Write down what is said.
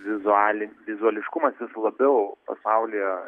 vizualin vizuališkumas jis labiau pasaulyje